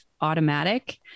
automatic